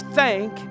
thank